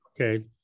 okay